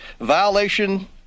violation